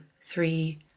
three